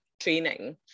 training